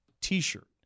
t-shirt